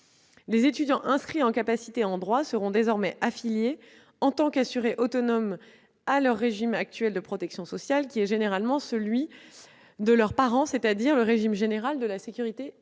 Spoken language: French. des étudiants. Ils seront désormais affiliés, en tant qu'assurés autonomes, à leur régime de protection sociale, généralement celui de leurs parents, c'est-à-dire le régime général de la sécurité sociale.